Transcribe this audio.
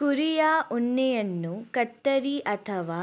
ಕುರಿಯ ಉಣ್ಣೆಯನ್ನು ಕತ್ತರಿ ಅಥವಾ